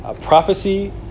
prophecy